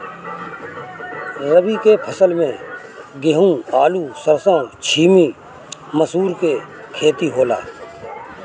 रबी के फसल में गेंहू, आलू, सरसों, छीमी, मसूर के खेती होला